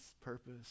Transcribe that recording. purpose